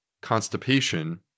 constipation